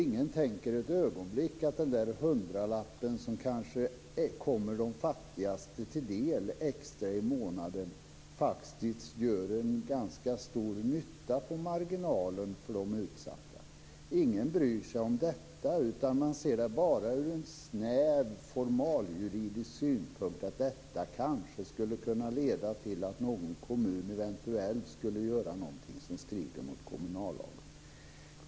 Ingen tänker ett ögonblick att den extra hundralapp i månaden som kanske kommer de fattigaste till del faktiskt gör en ganska stor nytta på marginalen för de utsatta. Ingen bryr sig om detta, utan man ser det bara ur en snäv formaliejuridisk synpunkt. Det skulle kanske kunna leda till att någon kommun eventuellt skulle göra någonting som strider mot kommunallagen.